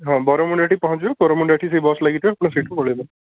ହଁ ବରମୁଣ୍ଡଠି ପହଞ୍ଚିବ ବରମୁଣ୍ଡଠି ସେ ବସ୍ ଲାଗିଥିବ ଆପଣ ସେଇଠୁ ପଳାଇବା